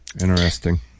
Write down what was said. Interesting